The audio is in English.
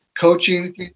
coaching